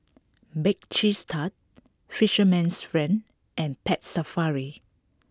Bake Cheese Tart Fisherman's Friend and Pet Safari